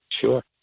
Sure